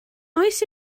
oes